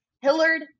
Hillard